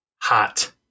Hot